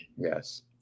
Yes